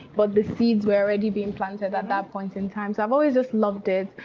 but the seeds were already being planted at that point in time. so i've always just loved it.